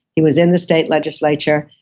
he was in the state legislature,